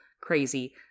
crazy